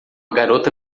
garota